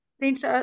Thanks